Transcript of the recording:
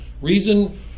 reason